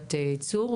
יחידת צור.